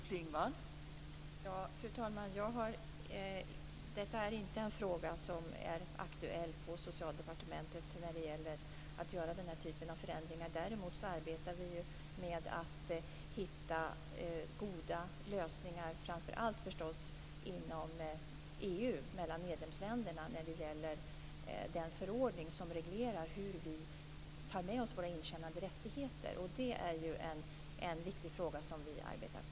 Fru talman! Det är inte aktuellt på Socialdepartementet att göra dessa förändringar i den här frågan. Däremot arbetar vi för att hitta goda lösningar framför allt mellan medlemsländerna inom EU när det gäller den förordning som reglerar hur vi tar med oss våra intjänade rättigheter. Det är en viktig fråga som vi arbetar med.